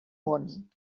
món